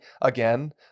again